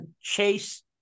Chase